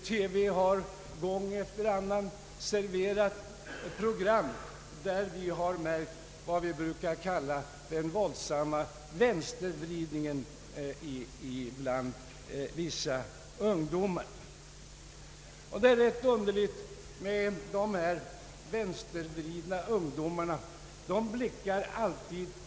TV har gång efter annan serverat program där vi har märkt vad vi brukar kalla den våldsamma vänstervridningen bland vissa ungdomar. Det är ganska underligt att dessa vänstervridna ungdomar alltid blickar åt öster.